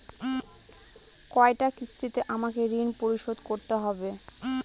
কয়টা কিস্তিতে আমাকে ঋণ পরিশোধ করতে হবে?